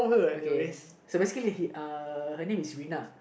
okay so basically uh her name is Rina